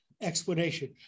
explanation